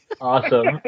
awesome